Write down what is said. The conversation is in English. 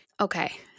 Okay